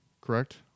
correct